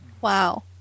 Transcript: Wow